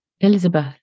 Elizabeth